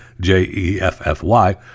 j-e-f-f-y